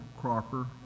Crocker